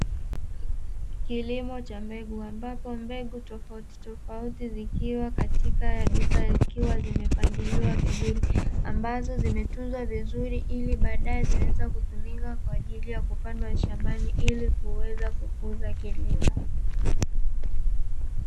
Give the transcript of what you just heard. Kilimo cha mbegu, ambapo mbegu tofautitofauti zikiwa katika duka, zikiwa zimepangiliwa vizuri; ambazo zimetunzwa vizuri ili baadae ziweze kutumika kwa ajili ya kupandwa shambani, ili kuweza kukuza kilimo.